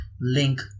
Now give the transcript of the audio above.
link